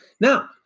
Now